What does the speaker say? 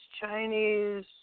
Chinese